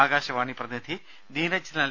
ആകാശവാണി പ്രതിനിധി നീരജ് ലാൽ